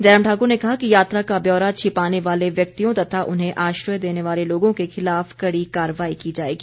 जयराम ठाक्र ने कहा कि यात्रा का ब्यौरा छिपाने वाले व्यक्तियों तथा उन्हें आश्रय देने वाले लोगों के खिलाफ कड़ी कार्रवाई की जाएगी